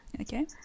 Okay